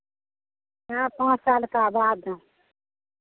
चार पाँच साल के बाद